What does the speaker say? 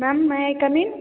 ma'am may I come in